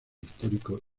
histórico